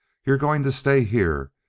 you're going to stay here.